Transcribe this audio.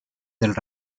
del